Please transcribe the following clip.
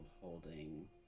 holding